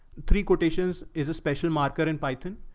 three quotations is a special marker in peyton.